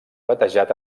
batejat